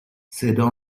صدا